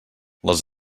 les